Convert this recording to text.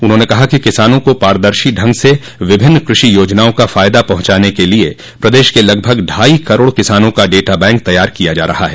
उन्होंने कहा कि किसानों को पारदर्शी ढंग से विभिन्न कृषि र्याजनाओं का फायदा पहुंचाने के लिए प्रदेश के लगभग ढाई करोड़ किसानों का डाटा बैंक तैयार किया जा रहा हैं